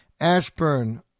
Ashburn